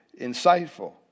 insightful